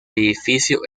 edificio